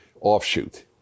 offshoot